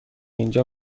اینجا